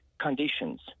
conditions